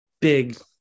big